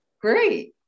great